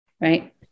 right